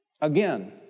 Again